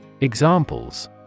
examples